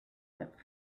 that